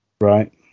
Right